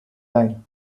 line